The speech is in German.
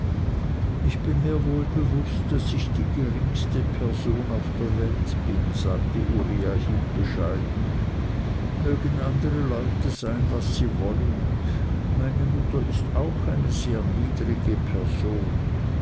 ich bin mir wohl bewußt daß ich die geringste person auf der welt bin sagte uriah heep bescheiden mögen andere leute sein was sie wollen meine mutter is auch sehr eine niedrige person